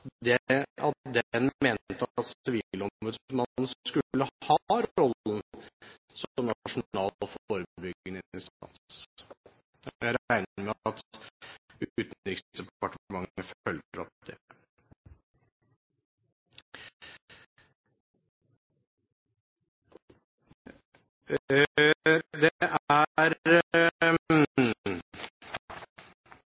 at en mente at sivilombudsmannen skulle ha rollen som nasjonal forebyggende instans. Jeg regner med at Utenriksdepartementet følger opp det. Det er